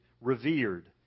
revered